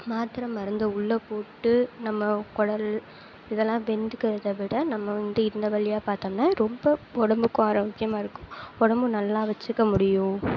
மாத்திரை மருந்தை உள்ளே போட்டு நம்ம குடல் இதெல்லாம் வெந்துக்கிறத விட நம்ம வந்து இந்த வழியாக பார்த்தோம்னா ரொம்ப உடம்புக்கு ஆரோக்கியமாக இருக்கும் உடம்பு நல்லா வச்சுக்க முடியும்